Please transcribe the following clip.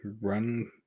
run